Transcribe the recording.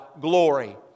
glory